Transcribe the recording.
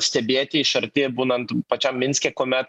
stebėti iš arti būnant pačiam minske kuomet